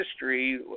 history